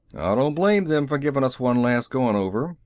don't blame them for giving us one last going over,